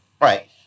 right